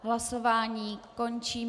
Hlasování končím.